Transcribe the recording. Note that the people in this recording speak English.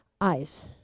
eyes